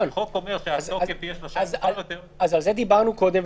על זה דיברנו קודם.